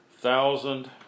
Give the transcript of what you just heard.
Thousand